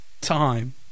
Time